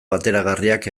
bateragarriak